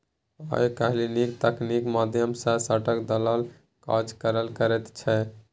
आय काल्हि नीक तकनीकीक माध्यम सँ स्टाक दलाल काज करल करैत छै